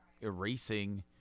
erasing